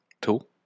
Tool